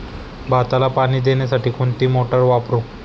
भाताला पाणी देण्यासाठी कोणती मोटार वापरू?